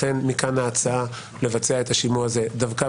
לכן מכאן ההצעה לבצע את השימוע הזה דווקא